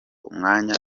umwanya